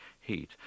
heat